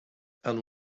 and